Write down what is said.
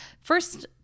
first